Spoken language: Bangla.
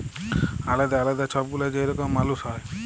আলেদা আলেদা ছব গুলা যে রকম মালুস হ্যয়